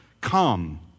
Come